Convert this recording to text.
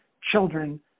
children